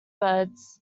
birds